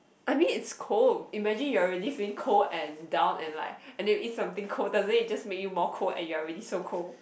I mean it's cold imagine you are already saying cold and down and like and then you eat something cold doesn't it just make you more cold and you are already so cold